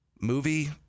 movie